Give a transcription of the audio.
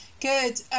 Good